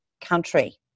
country